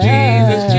Jesus